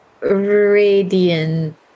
radiant